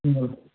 হুম